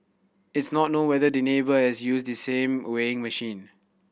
it's not known whether the neighbour has used the same weighing machine